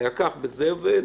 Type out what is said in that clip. ונגמר.